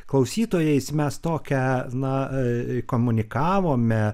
klausytojais mes tokią na komunikavome